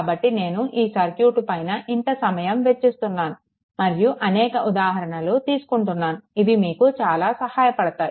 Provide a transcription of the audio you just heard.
కాబట్టి నేను ఈ సర్క్యూట్ పైన ఇంత సమయం వేచిస్తున్నాను మరియు అనేక ఉదాహరణలు తీసుకుంటున్నాను ఇవి మీకు చాలా సహాయపడతాయి